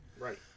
Right